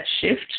shift